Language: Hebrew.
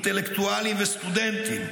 אינטלקטואלים וסטודנטים,